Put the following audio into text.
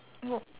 no